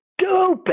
stupid